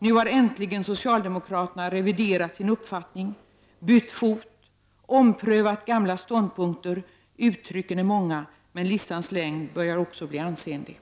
Nu har äntligen socialdemokraterna reviderat sin uppfattning, bytt fot, omprövat gamla ståndpunkter — uttrycken är många, men listans längd börjar också bli ansenlig.